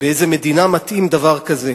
לאיזו מדינה מתאים דבר כזה.